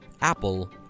Apple